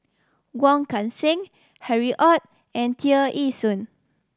Wong Kan Seng Harry Ord and Tear Ee Soon